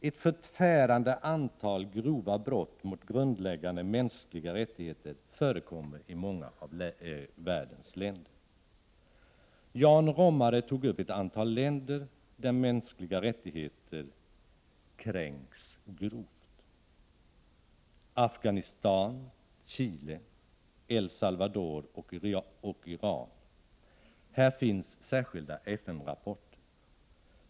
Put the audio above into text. Ett förfärande antal grova brott mot mänskliga rättigheter förekommer i många av världens länder. Jan Romare tog upp ett antal länder där mänskliga rättigheter kränks. Beträffande Afghanistan, Chile, El Salvador och Iran finns särskilda FN-rapporter.